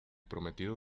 prometido